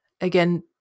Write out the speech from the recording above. Again